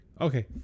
Okay